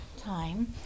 time